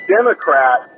Democrat